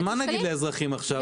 אז מה נגיד לאזרחים עכשיו,